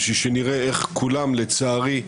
בשביל שנראה איך כולם לצערי,